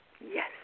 Yes